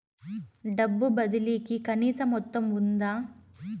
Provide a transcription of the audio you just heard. డబ్బు బదిలీ కి కనీస మొత్తం ఉందా?